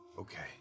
Okay